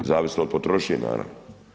Zavisno od potrošnje, naravno.